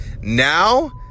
Now